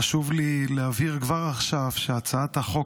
חשוב לי להבהיר כבר עכשיו שהצעת החוק